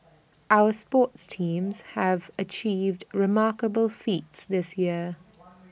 our sports teams have achieved remarkable feats this year